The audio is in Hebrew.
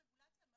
התייחסתי.